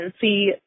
see